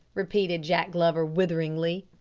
repeated jack glover witheringly.